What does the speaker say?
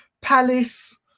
Palace